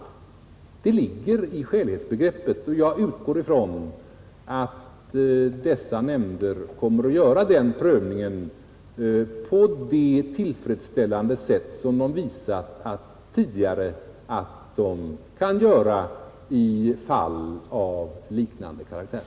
Det ligger i skälighetsbegreppet och jag utgår från att dessa nämnder kommer att göra den prövningen på det tillfredsställande sätt som de gjort tidigare i fall av liknande karaktär.